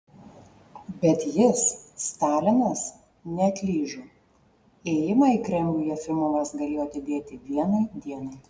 bet jis stalinas neatlyžo ėjimą į kremlių jefimovas galėjo atidėti vienai dienai